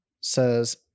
says